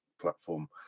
platform